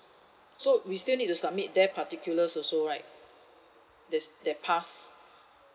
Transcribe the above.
so we still need to submit their particulars also right that's their pass